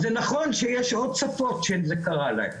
אז זה נכון שיש עוד שפות שזה קרה להם,